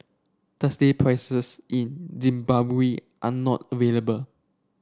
Tuesday prices in Zimbabwe are not available